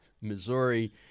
Missouri